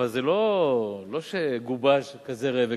אבל זה לא שגובש "כזה ראה וקדש".